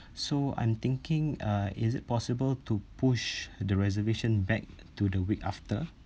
so I'm thinking uh is it possible to push the reservation back to the week after